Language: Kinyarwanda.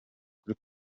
kuri